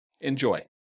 Enjoy